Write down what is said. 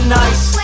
nice